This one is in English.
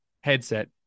headset